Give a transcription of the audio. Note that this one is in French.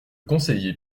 conseiller